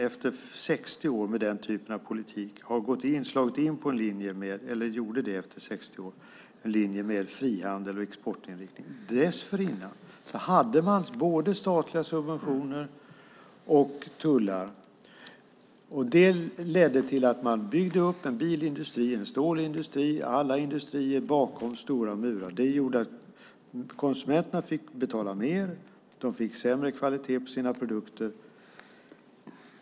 Efter 60 år med den typen av politik slog man äntligen in på en linje med frihandel och exportinriktning. Dessförinnan hade man både statliga subventioner och tullar. Det ledde till att man byggde upp en bilindustri, en stålindustri och alla industrier bakom stora murar. Det gjorde att konsumenterna fick betala mer. De fick sämre kvalitet på sina produkter.